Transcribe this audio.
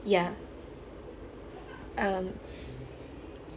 ya um